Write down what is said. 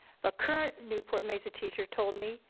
but current newport mesa teacher told me,